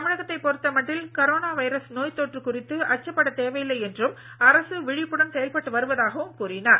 தமிழகத்தைப் பொறுத்த மட்டில் கரோனொ வைரஸ் நோய் தொற்று குறித்து அச்சப்பட தேவையில்லை எனவும் அரசு விழிப்புடன் செயல்பட்டு வருவதாகவும் கூறினார்